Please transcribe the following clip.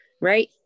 right